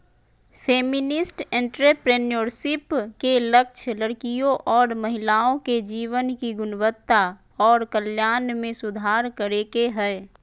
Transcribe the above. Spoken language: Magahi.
फेमिनिस्ट एंट्रेप्रेनुएरशिप के लक्ष्य लड़कियों और महिलाओं के जीवन की गुणवत्ता और कल्याण में सुधार करे के हय